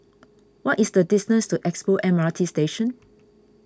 what is the distance to Expo M R T Station